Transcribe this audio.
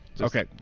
Okay